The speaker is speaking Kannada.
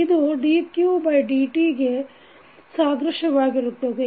ಇದು dqdt ಗೆ ಸಾದೃಶ್ಯವಾಗಿರುತ್ತದೆ